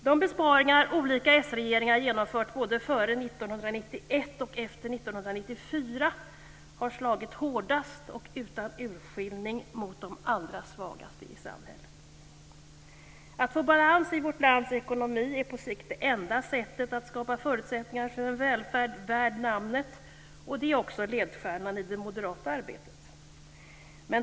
De besparingar som olika s-regeringar genomfört både före 1991 och efter 1994 har slagit hårdast och utan urskiljning mot de allra svagaste i samhället. Att få balans i vårt lands ekonomi är på sikt det enda sättet att skapa förutsättningar för en välfärd värd namnet. Det är också ledstjärnan i det moderata arbetet.